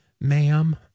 ma'am